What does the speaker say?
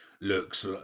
looks